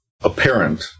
apparent